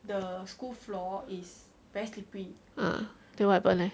ah then what happen leh